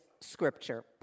scripture